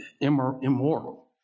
immoral